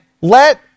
let